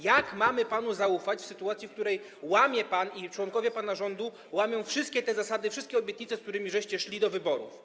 Jak mamy panu zaufać w sytuacji, w której łamie pan i członkowie pana rządu łamią te wszystkie zasady, wszystkie obietnice, z którymi szliście do wyborów?